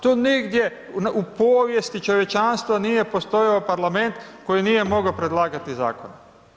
To negdje u povijesti čovječanstva nije postojao parlament koji nije mogao predlagati zakone.